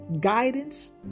guidance